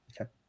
Okay